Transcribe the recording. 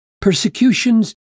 persecutions